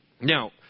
Now